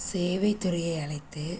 சேவை துறையை அழைத்து